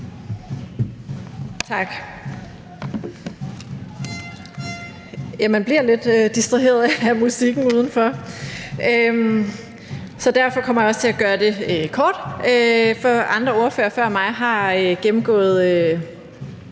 Man bliver lidt distraheret af musikken udenfor. (Støj udefra). Derfor kommer jeg også til at gøre det kort. Andre ordførere før mig har gennemgået